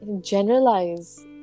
generalize